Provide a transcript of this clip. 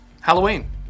halloween